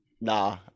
nah